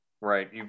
Right